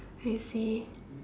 I see